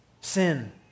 sin